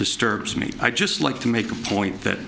disturbs me i just like to make a point that